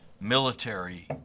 military